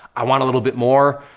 i want a little bit more.